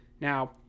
Now